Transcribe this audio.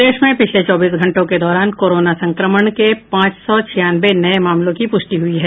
प्रदेश में पिछले चौबीस घंटों के दौरान कोरोना संक्रमण के पांच सौ छियानवे नये मामलों की पुष्टि हुई है